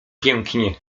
pięknie